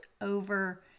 over